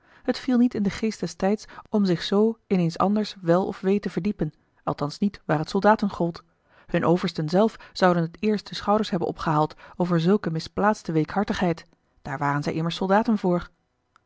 het viel niet in den geest des tijds om zich z in eens anders wél of wee te verdiepen althans niet waar het soldaten gold hunne oversten zelf zouden het eerst de schouders hebben opgehaald over zulk eene misplaatste weekhartigheid daar waren zij immers soldaten voor